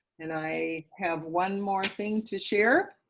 and i have one more thing to share,